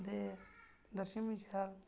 ते दर्शन बी होई जाह्ग